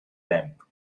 lamp